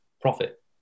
profit